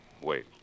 wait